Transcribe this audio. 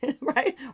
Right